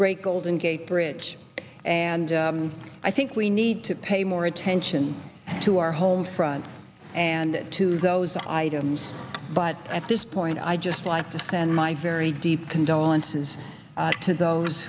great golden gate bridge and i think we need to pay more attention to our home front and to those items but at this point i just like to send my very deep condolences to those